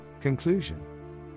Conclusion